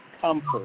comfort